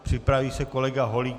Připraví se kolega Holík.